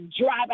drive